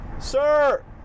Sir